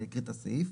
אני אקריא את הסעיף: